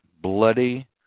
bloody